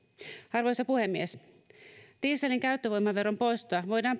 arvoisa puhemies dieselin käyttövoimaveron poistoa voidaan